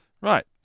Right